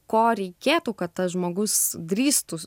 ko reikėtų kad tas žmogus drįstų